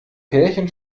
pärchen